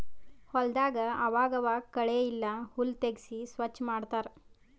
ಹೊಲದಾಗ್ ಆವಾಗ್ ಆವಾಗ್ ಕಳೆ ಇಲ್ಲ ಹುಲ್ಲ್ ತೆಗ್ಸಿ ಸ್ವಚ್ ಮಾಡತ್ತರ್